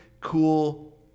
cool